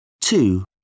Two